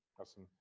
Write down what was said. awesome